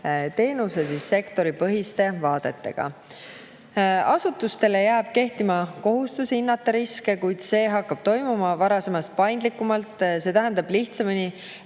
teenuse sektoripõhiste vaadetega. Asutustele jääb kehtima kohustus hinnata riske, kuid see hakkab toimuma varasemast paindlikumalt, see tähendab, et lihtsamini